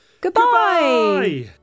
goodbye